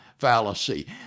fallacy